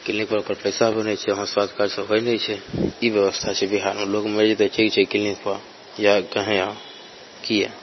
क्लीनिकपर ओकर पइसा बनै छै वहाँ स्वास्थ्य कार्ड तऽ होइ नहि छै के बेबस्था छै बिहारमे लोग मरि जेतै ठीक छै क्लीनिकपर या कहीँ किएक